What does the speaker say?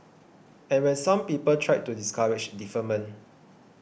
and when some people tried to discourage deferment